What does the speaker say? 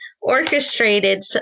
orchestrated